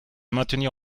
maintenir